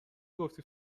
گفتی